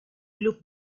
club